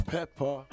Pepper